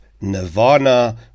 Nirvana